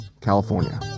California